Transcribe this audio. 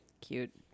Cute